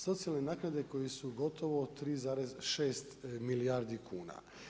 Socijalne naknade koje su gotovo 3,6 milijardi kuna.